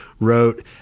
wrote